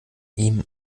ihm